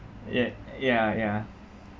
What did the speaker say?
ya ya ya